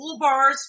toolbars